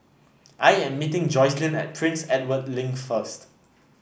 I am meeting Jocelynn at Prince Edward Link first